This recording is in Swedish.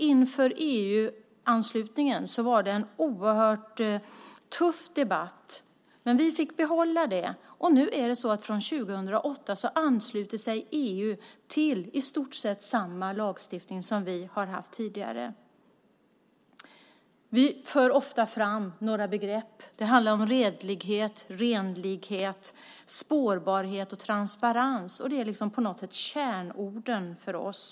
Inför EU-anslutningen var det en oerhört tuff debatt, men vi fick behålla den. Och nu är det så att från 2008 ansluter sig EU till i stort sett samma lagstiftning som vi har haft tidigare. Vi för ofta fram några begrepp, och det handlar om redlighet, renlighet, spårbarhet och transparens. Det är på något sätt kärnorden för oss.